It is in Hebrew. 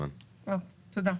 תודה.